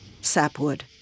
sapwood